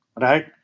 right